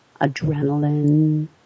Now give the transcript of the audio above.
adrenaline